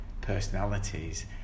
personalities